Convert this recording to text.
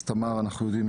אז כמו שאנחנו יודעים,